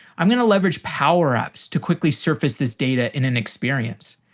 i'm going to leverage power apps to quickly surface this data in an experience.